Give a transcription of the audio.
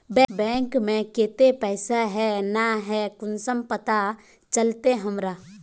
Bank में केते पैसा है ना है कुंसम पता चलते हमरा?